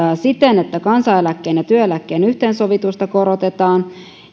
siten että kansaneläkkeen ja työeläkkeen yhteensovitusta korotetaan